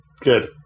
Good